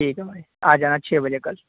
ٹھیک ہے بھائی آ جانا چھ بجے کل